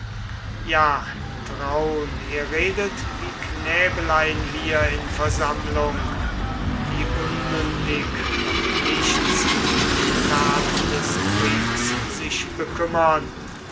ja traun ihr redet wie knäbelein hier in versammlung die unmündig noch nichts um taten des kriegs sich bekümmern